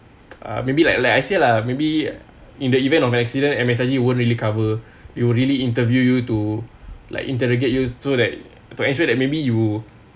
um maybe like like I say lah maybe in the event of an accident M_S_I_G won't really cover you really interview you to like interrogate you so that to ensure that maybe you